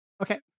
Okay